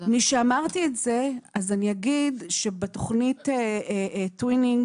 משאמרתי את זה, אני אגיד שבתוכנית "טוויינג",